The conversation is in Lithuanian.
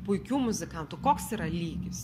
puikių muzikantų koks yra lygis